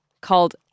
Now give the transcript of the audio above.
called